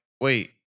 wait